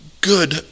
good